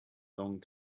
long